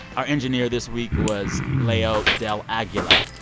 our engineer this week was leo del aguila.